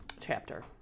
chapter